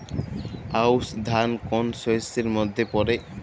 আউশ ধান কোন শস্যের মধ্যে পড়ে?